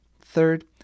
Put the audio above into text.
Third